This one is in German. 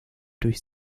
durch